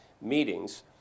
meetings